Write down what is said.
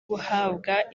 guhabwa